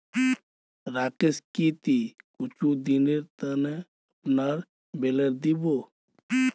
राकेश की ती कुछू दिनेर त न अपनार बेलर दी बो